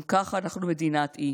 גם ככה אנחנו מדינת אי,